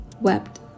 wept